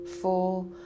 four